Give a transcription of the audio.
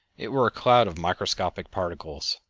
it were a cloud of microscopic particles.